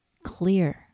clear